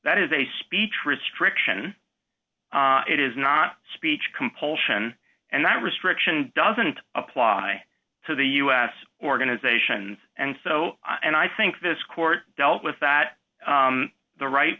that is a speech restriction it is not speech compulsion and that restriction doesn't apply to the u s organizations and so i think this court dealt with that the right